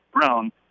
Brown